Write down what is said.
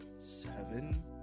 seven